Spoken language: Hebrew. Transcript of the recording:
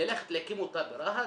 ללכת להקים אותה ברהט